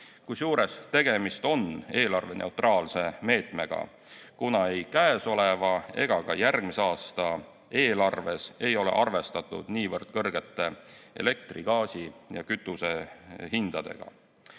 Kusjuures tegemist on eelarveneutraalse meetmega, kuna ei käesoleva ega ka järgmise aasta eelarves ei ole arvestatud niivõrd kõrgete elektri, gaasi ja kütuse hindadega. Kasutan